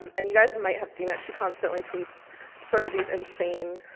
and you guys might have seen it. she constantly tweets sort of these insane,